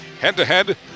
Head-to-head